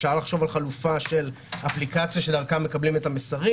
אפשר לחשוב על חלופה של אפליקציה שדרכה מקבלים את המסרים.